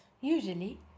usually